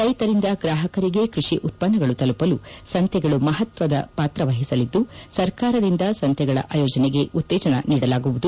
ರೈತರಿಂದ ಗ್ರಾಹಕರಿಗೆ ಕೃಷಿ ಉತ್ಪನ್ನಗಳು ತಲುಪಲು ಸಂತೆಗಳು ಮಹತ್ವದ ಪಾತ್ರ ವಹಿಸಲಿದ್ದು ಸರ್ಕಾರದಿಂದ ಸಂತೆಗಳ ಆಯೋಜನೆಗೆ ಉತ್ತೇಜನ ನೀಡಲಾಗುವುದು